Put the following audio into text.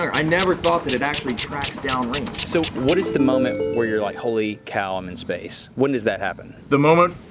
i never thought that it actually tracks down range. so what is the moment where you're like, holy cow i'm in space, when does that happen? the moment,